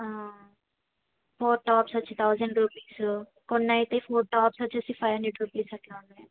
four tops వచ్చి thousand rupees కొన్ని అయితే ఫోర్ టాప్స్ వచ్చేసి ఫైవ్ హండ్రెడ్ రూపీస్ అట్లా ఉన్నాయండి